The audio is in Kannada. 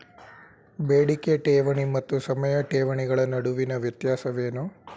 ಬೇಡಿಕೆ ಠೇವಣಿ ಮತ್ತು ಸಮಯ ಠೇವಣಿಗಳ ನಡುವಿನ ವ್ಯತ್ಯಾಸವೇನು?